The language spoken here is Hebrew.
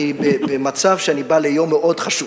אני במצב שאני בא ליום מאוד חשוב,